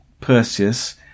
Perseus